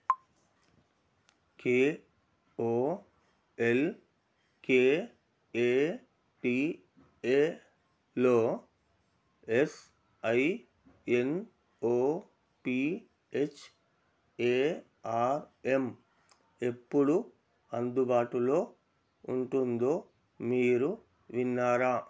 K O L K A T ఏలో S I N O P H A R M ఎప్పుడు అందుబాటులో ఉంటుందో మీరు విన్నారా